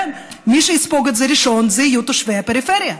מי שיספוג את זה ראשון יהיו תושבי הפריפריה,